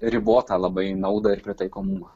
ribotą labai naudą ir pritaikomumą